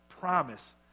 promise